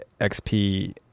XP